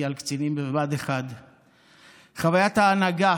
על קצינים בבה"ד 1. חוויית ההנהגה